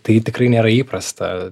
tai tikrai nėra įprasta